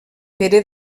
pere